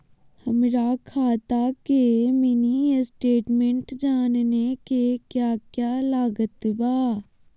हमरा खाता के मिनी स्टेटमेंट जानने के क्या क्या लागत बा?